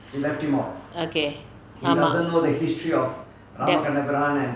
okay ஆமாம்:aamaam that